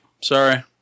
sorry